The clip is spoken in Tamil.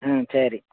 ம் சரி